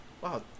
wow